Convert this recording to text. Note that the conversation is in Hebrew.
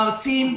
מרצים,